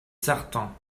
certain